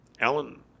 Alan